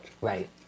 Right